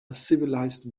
civilized